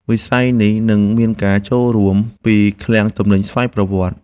វិស័យនេះនឹងមានការចូលរួមពីឃ្លាំងទំនិញស្វ័យប្រវត្តិ។